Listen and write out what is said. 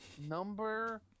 Number